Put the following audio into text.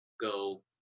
Go